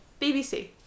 BBC